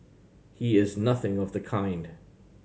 he is nothing of the kind